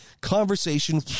Conversation